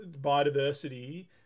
biodiversity